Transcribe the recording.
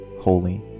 holy